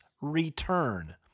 return